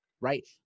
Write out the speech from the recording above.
right